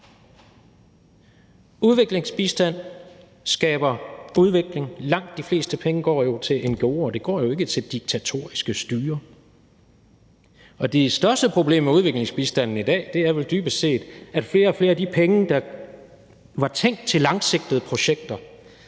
Udviklingsbistand skaber udvikling. Langt de fleste penge går jo til ngo'er, de går jo ikke til diktatoriske styrer. Det største problem med udviklingsbistanden i dag er vel dybest set, at flere og flere af de penge, der var tænkt til langsigtede projekter,